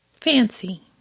Fancy